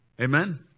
Amen